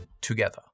together